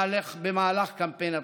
במהלך קמפיין הבחירות.